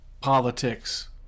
politics